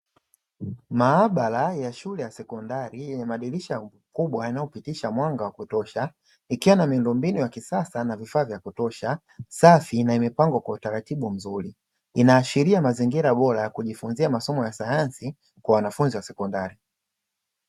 Maabara ya shule ya sekondari yenye madirisha makubwa yanayopitisha mwanga wa kutosha ikiwa na miundombinu ya kisasa na vifaa vya kutosha safi na imepangwa kwa utaratibu mzuri, inaashiria mazingira bora ya kujifunzia masomo ya sayansi kwa wanafunzi wa sekondari.